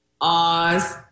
Oz